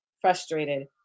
frustrated